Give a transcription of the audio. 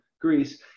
Greece